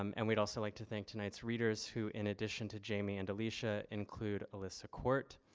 um and we'd also like to thank tonight's readers who in addition to jamie and alysia include alissa quart,